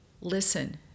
Listen